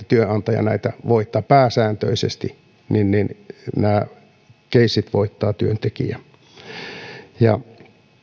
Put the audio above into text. työnantaja voittaa pääsääntöisesti nämä keissit voittaa työntekijä